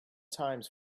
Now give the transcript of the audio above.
times